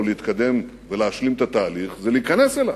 להתקדם ולהשלים את התהליך זה להיכנס אליו.